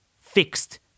fixed